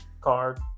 card